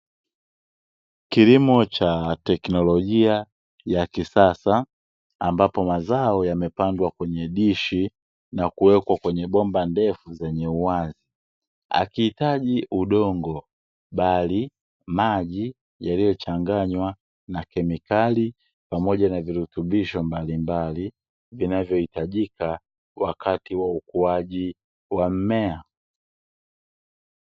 Kilimo cha teknolojia ya kisasa, ambapo mazao yamepandwa kwenye dishi na kuwekwa kwenye bomba ndefu zenye uwazi. Hakihitaji udongo, bali maji yaliyochanganywa na kemikali pamoja na virutubisho mbalimbali vinavyohitajika wakati wa ukuaji wa mmea.